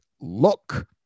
look